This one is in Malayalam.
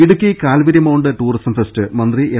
ഇടുക്കി കാൽവരിമൌണ്ട് ടൂറിസം ഫെസ്റ്റ് മന്ത്രി എം